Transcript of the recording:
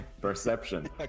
Perception